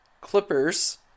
Clippers